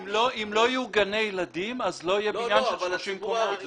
אם לא יהיו גני ילדים, לא יהיה בניין של 30 קומות.